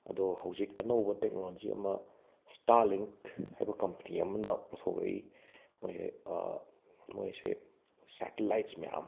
ꯑꯗꯣ ꯍꯧꯖꯤꯛ ꯑꯅꯧꯕ ꯇꯦꯛꯅꯣꯂꯣꯖꯤ ꯑꯃ ꯁ꯭ꯇꯥꯂꯤꯡ ꯍꯥꯏꯕ ꯀꯝꯄꯅꯤ ꯑꯃꯅ ꯄꯨꯊꯣꯔꯛꯏ ꯃꯣꯏ ꯃꯣꯏꯁꯦ ꯁꯦꯇꯤꯂꯥꯏꯠ꯭ꯁ ꯃꯌꯥꯝ